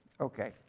Okay